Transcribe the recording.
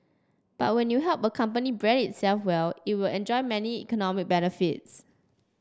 but when you help a company brand itself well it will enjoy many economic benefits